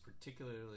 particularly